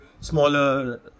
smaller